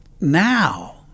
now